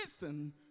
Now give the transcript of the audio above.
listen